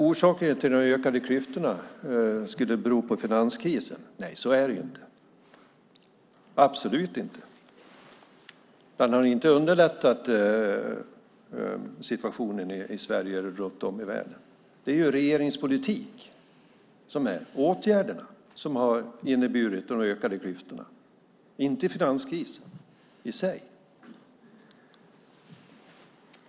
Orsaken till de ökade klyftorna skulle vara finanskrisen. Nej, så är det absolut inte. Man har inte underlättat situationen i Sverige och runt om i världen. Det är regeringens politik och åtgärderna som har inneburit de ökade klyftorna, inte finanskrisen i sig.